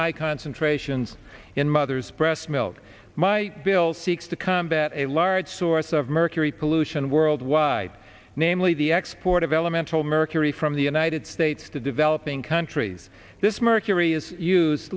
high concentrations in mother's breast milk my bill seeks to combat a large source of mercury pollution worldwide namely the export of elemental mercury from the united states to developing countries this mercury is used